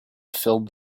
filled